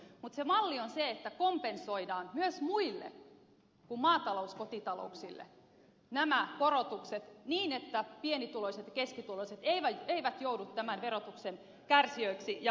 mutta se malli on se että kompensoidaan myös muille kuin maatalouskotitalouksille nämä korotukset niin että pienituloiset keskituloiset eivät joudu tämän verotuksen kärsijöiksi ja maksajiksi